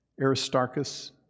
Aristarchus